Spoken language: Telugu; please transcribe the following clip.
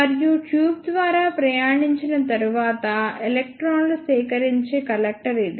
మరియు ట్యూబ్ ద్వారా ప్రయాణించిన తరువాత ఎలక్ట్రాన్లు సేకరించే కలెక్టర్ ఇది